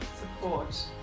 support